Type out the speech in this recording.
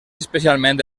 especialment